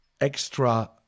extra